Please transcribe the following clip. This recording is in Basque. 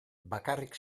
bakarrik